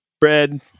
bread